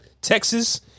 Texas